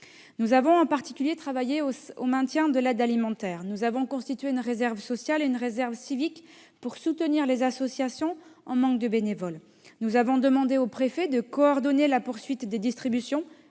Nous avons en particulier travaillé au maintien de l'aide alimentaire. Nous avons constitué une réserve sociale et une réserve civique pour soutenir les associations en manque de bénévoles. Nous avons demandé aux préfets de coordonner la poursuite des distributions,